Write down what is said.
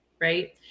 right